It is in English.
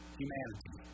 humanity